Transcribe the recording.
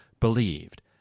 believed